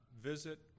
visit